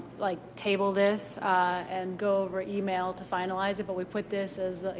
like, table this and go over email to finalize it? but we put this as like,